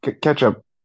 Ketchup